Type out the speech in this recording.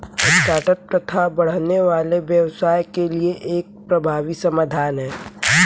start ups तथा बढ़ने वाले व्यवसायों के लिए यह एक प्रभावी समाधान है